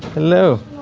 hello.